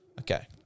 Okay